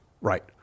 Right